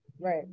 Right